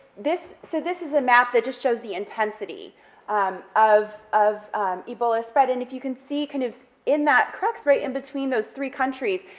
so this is a map that just shows the intensity of of ebola spread, and if you can see kind of, in that crux, right, in between those three countries,